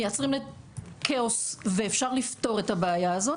מייצרים כאוס ואפשר לפתור את הבעיה הזאת,